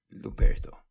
Luperto